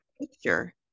picture